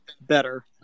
Better